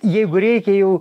jeigu reikia jau